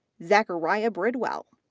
zachariah bridwell,